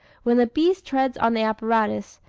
when the beast treads on the apparatus,